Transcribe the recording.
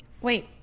wait